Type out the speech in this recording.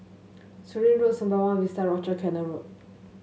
Surin Road Sembawang Vista Rochor Canal Road